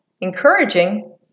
encouraging